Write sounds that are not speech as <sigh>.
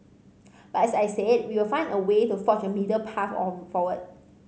but as I said we will find a way to forge a middle path <unintelligible> forward